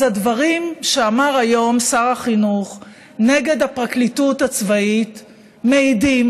אז הדברים שאמר היום שר החינוך נגד הפרקליטות הצבאית מעידים